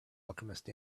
alchemist